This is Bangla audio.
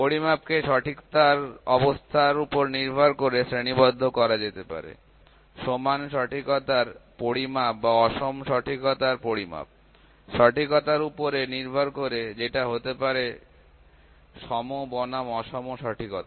পরিমাপ কে সঠিকতার অবস্থার ওপর নির্ভর করে শ্রেণীবদ্ধ করা যেতে পারে সমান সঠিকতার পরিমাপ বা অসম সঠিকতার পরিমাপ সঠিকতার উপর নির্ভর করে সেটা হতে পারে সম বনাম অসম সঠিকতা